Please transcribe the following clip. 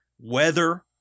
weather